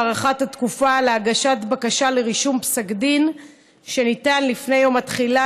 הארכת התקופה להגשת בקשה לרישום פסק דין שניתן לפני יום התחילה,